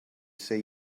say